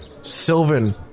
Sylvan